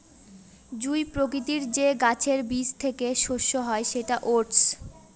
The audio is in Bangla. জুঁই প্রকৃতির যে গাছের বীজ থেকে শস্য হয় সেটা ওটস